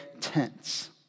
tents